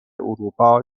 اروپا